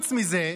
חוץ מזה,